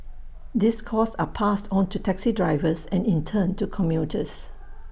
these costs are passed on to taxi drivers and in turn to commuters